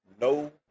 no